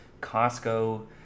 Costco